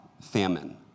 famine